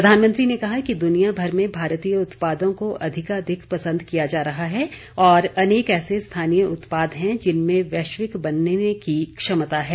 प्रधानमंत्री ने कहा कि दुनियाभर में भारतीय उत्पादों को अधिकाधिक पसन्द किया जा रहा है और अनेक ऐसे स्थानीय उत्पाद हैं जिनमें वैश्विक बनने की क्षमता है